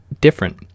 different